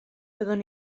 byddwn